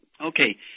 Okay